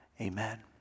amen